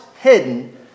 hidden